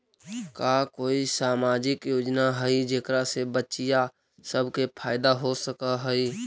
का कोई सामाजिक योजना हई जेकरा से बच्चियाँ सब के फायदा हो सक हई?